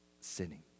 sinning